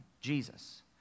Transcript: Jesus